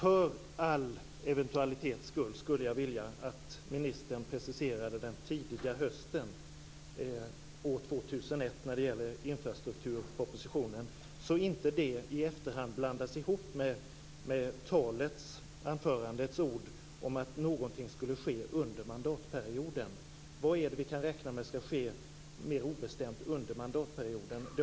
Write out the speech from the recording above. För alla eventualiteters skull skulle jag vilja att ministern preciserade det här med den tidiga hösten år 2001 när det gäller infrastrukturpropositionen, så att det inte i efterhand blandas ihop med orden i anförandet om att någonting skulle ske under mandatperioden. Vad är det mer obestämda som vi kan räkna med ska ske under mandatperioden?